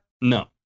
No